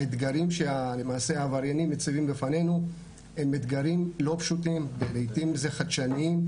האתגרים שהעבריינים מציבים בפנינו הם אתגרים לא פשוטים ולעתים חדשניים,